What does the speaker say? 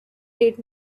did